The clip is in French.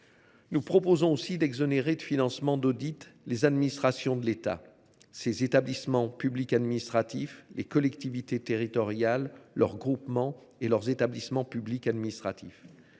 Nous proposons aussi d’exonérer du financement des audits les administrations de l’État, ses établissements publics administratifs, les collectivités territoriales, leurs groupements et leurs établissements publics administratifs.